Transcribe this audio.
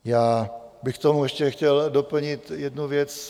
Já bych k tomu ještě chtěl doplnit jednu věc.